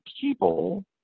people